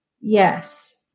Yes